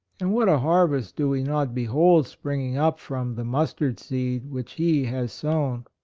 and what a harvest do we not behold spring ing up from the mustard seed which he has sown!